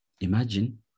Imagine